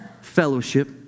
Fellowship